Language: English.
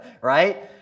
Right